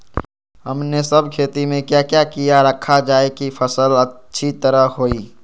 हमने सब खेती में क्या क्या किया रखा जाए की फसल अच्छी तरह होई?